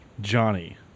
Johnny